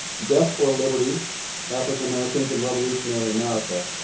death or liberty african americans and revolutionary america,